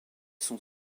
sont